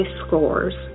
scores